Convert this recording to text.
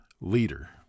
leader